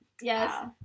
Yes